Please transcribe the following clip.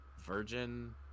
virgin